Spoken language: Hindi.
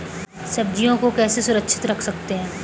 सब्जियों को कैसे सुरक्षित रख सकते हैं?